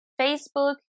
Facebook